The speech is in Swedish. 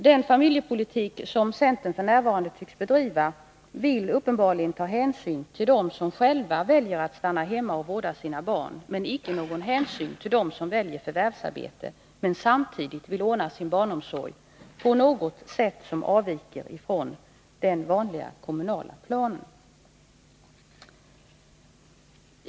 Den familjepolitik som centern f. n. tycks bedriva vill uppenbarligen ta hänsyn till dem som själva väljer att stanna hemma och vårda sina barn men icke till dem som väljer förvärvsarbete och samtidigt vill ordna sin barnomsorg på något sätt som avviker från den vanliga kommunala planen.